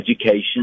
education